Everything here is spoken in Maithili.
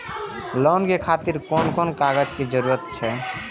लोन के खातिर कोन कोन कागज के जरूरी छै?